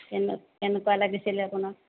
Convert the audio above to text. কেনেকুৱা লাগিছিলে আপোনাক